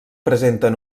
presenten